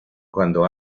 cuando